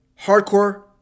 hardcore